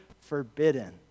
forbidden